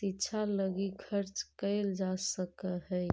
शिक्षा लगी खर्च कैल जा सकऽ हई